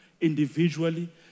individually